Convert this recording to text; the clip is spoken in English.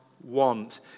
Want